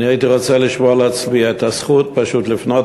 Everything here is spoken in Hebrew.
אני הייתי רוצה לשמור לעצמי את הזכות פשוט לפנות